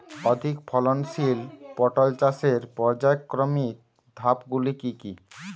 অধিক ফলনশীল পটল চাষের পর্যায়ক্রমিক ধাপগুলি কি কি?